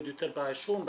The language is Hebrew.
יותר בעישון,